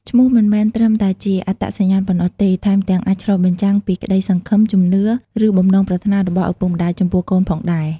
ឈ្មោះមិនមែនត្រឹមតែជាអត្តសញ្ញាណប៉ុណ្ណោះទេ ថែមទាំងអាចឆ្លុះបញ្ចាំងពីក្តីសង្ឃឹម ជំនឿ ឬបំណងប្រាថ្នារបស់ឪពុកម្តាយចំពោះកូនផងដែរ។